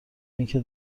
اینکه